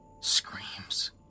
screams